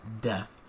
death